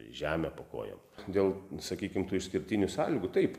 žemę po kojom dėl sakykim tų išskirtinių sąlygų taip